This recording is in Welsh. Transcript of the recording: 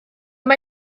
mae